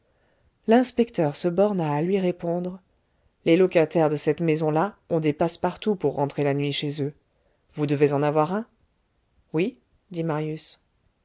l'inspecteur se borna à lui répondre les locataires de cette maison-là ont des passe-partout pour rentrer la nuit chez eux vous devez en avoir un oui dit marius